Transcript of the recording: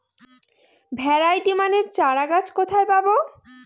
Variety মানের চারাগাছ কোথায় পাবো?